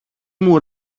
μου